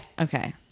Okay